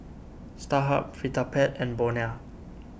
Starhub Vitapet and Bonia